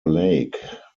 lake